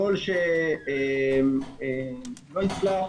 ככל שלא יצלח,